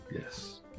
Yes